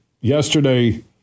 Yesterday